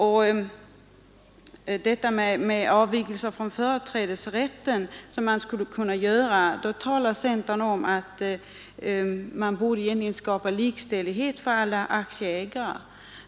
I fråga om avvikelse från företrädesrätten talar centern om att man borde skapa likställighet för alla aktieägare.